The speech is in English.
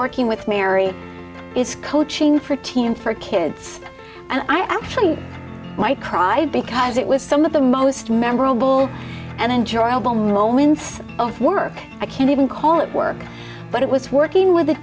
working with mary is coaching for team for kids and i actually i cried because it was some of the most men and enjoyable moments of work i can't even call it work but it was working with a